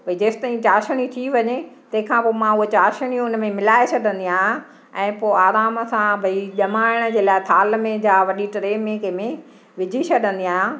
भई जेसि ताईं चाशणी थी वञे तंहिंखां पोइ मां हूअ चाशणी उनमें मिलाए छॾंदी आहियां ऐं पोइ आराम सां भई ॼमाइण जे लाइ थाल में जा वॾी ट्रे में कंहिंमें विझी छॾंदी आहियां